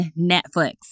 Netflix